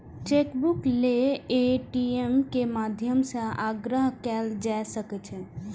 chequebook लेल ATM के माध्यम सं आग्रह कैल जा सकै छै